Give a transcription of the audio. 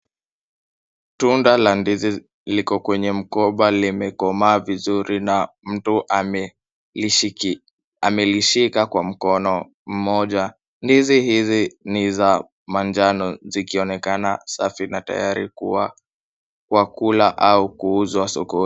Tuna la ndizi liko kwenye mkoba limekaomaa vizuri na mtu amelishika kwa mkono mmoja. Ndizi hizi ni za manjano zikionekana safi na tayari kwa kula au kuuzwa sokoni.